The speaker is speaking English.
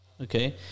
Okay